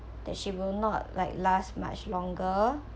that she will not like last much longer